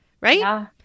Right